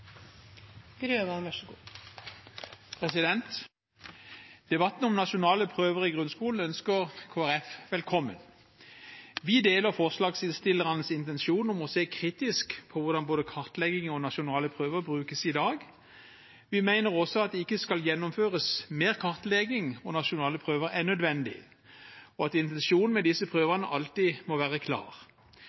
velkommen. Vi deler forslagsstillernes intensjon om å se kritisk på hvordan både kartlegging og nasjonale prøver brukes i dag. Vi mener også at det ikke skal gjennomføres mer kartlegging og nasjonale prøver enn nødvendig, og at intensjonen med disse prøvene alltid må være klar.